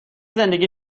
زندگی